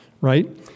Right